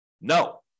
No